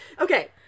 Okay